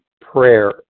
prayer